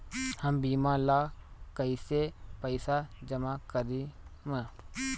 हम बीमा ला कईसे पईसा जमा करम?